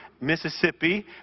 Mississippi